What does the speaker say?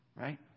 right